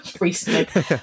Recently